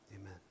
amen